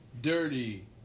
Dirty